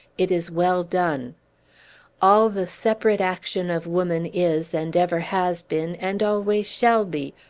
it is well done all the separate action of woman is, and ever has been, and always shall be,